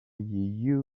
you